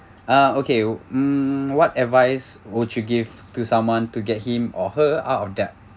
uh okay mm what advice would you give to someone to get him or her out of debt